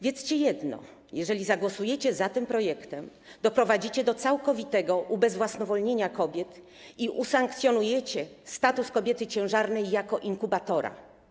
Wiedzcie jedno: jeżeli zagłosujecie za tym projektem, doprowadzicie do całkowitego ubezwłasnowolnienia kobiet i usankcjonujecie status kobiety ciężarnej jako inkubatora.